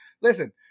Listen